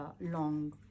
long